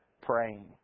praying